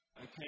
Okay